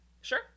Sure